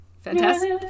Fantastic